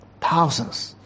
thousands